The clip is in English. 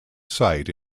sight